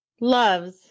Loves